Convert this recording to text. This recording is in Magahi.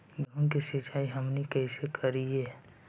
गेहूं के सिंचाई हमनि कैसे कारियय?